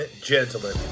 gentlemen